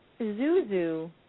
Zuzu